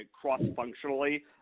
cross-functionally